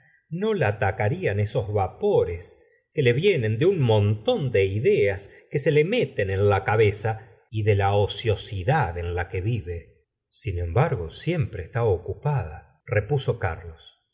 no la atacarían esos vapores que le vienen de un montón de ideas que se le meten en la cabeza y de la ociosidad en que vive sin embargo siempre está ocupada repuso carlos